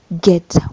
get